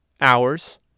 hours